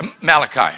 malachi